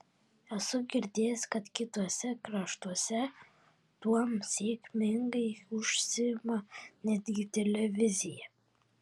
esu girdėjęs kad kituose kraštuose tuom sėkmingai užsiima netgi televizija